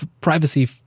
privacy